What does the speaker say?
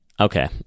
okay